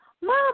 Mom